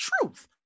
truth